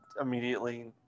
immediately